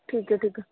ਠੀਕ ਹੈ ਠੀਕ ਹੈ